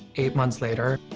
eight months later,